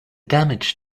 damage